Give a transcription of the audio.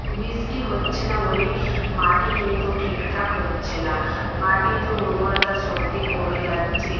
বৃষ্টি হচ্ছে না বলেই মাটি কিন্তু ঠিক ঠাক হচ্ছে না মাটিতে উর্বরতা শক্তি কমে যাচ্ছে